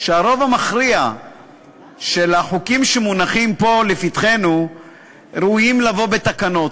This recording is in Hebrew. שהרוב המכריע של החוקים שמונחים פה לפתחנו ראויים לבוא בתקנות,